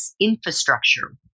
infrastructure